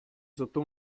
sotto